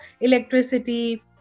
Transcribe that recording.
electricity